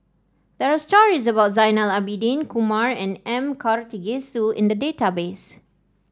there are stories about Zainal Abidin Kumar and M Karthigesu in the database